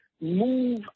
move